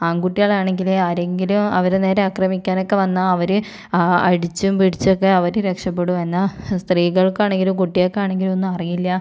ആൺകുട്ടികളാണെങ്കിൽ ആരെങ്കിലും അവരുടെ നേരെ ആക്രമിക്കാൻ ഒക്കെ വന്നാൽ അവർ അടിച്ചും പിടിച്ചും ഒക്കെ അവർ രക്ഷപ്പെടും എന്നാൽ സ്ത്രീകൾക്കാണെങ്കിലും കുട്ടികൾക്കാണെങ്കിലും ഒന്നും അറിയില്ല